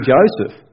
Joseph